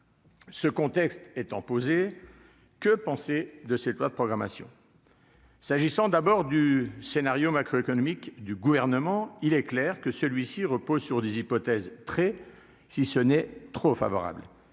Ce contexte étant posé, que penser de cette loi de programmation. S'agissant d'abord du scénario macroéconomique du gouvernement, il est clair que celui-ci repose sur des hypothèses très si ce n'est trop favorable,